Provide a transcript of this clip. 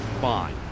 Fine